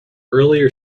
earlier